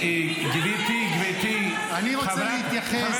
אתם בעד מילואימניקים, למה